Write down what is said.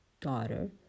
daughter